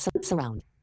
surround